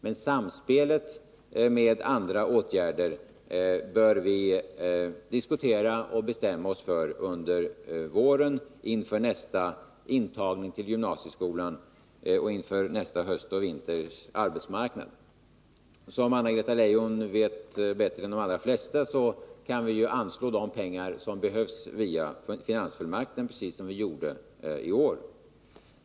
Men samspelet med andra åtgärder bör vi diskutera och bestämma oss för under våren inför nästa intagning till gymnasieskolan och inför arbetsmarknadssituationen nästa höst och vinter. Som Anna-Greta Leijon vet bättre än de allra flesta kan vi anslå de pengar som behövs via finansfullmakten, precis som vi gjorde i år.